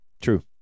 True